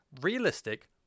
Realistic